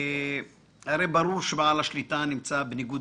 הרי ברור שבעל השליטה נמצא בניגוד